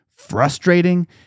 Frustrating